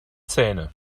zähne